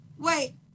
wait